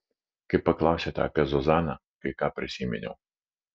kai paklausėte apie zuzaną kai ką prisiminiau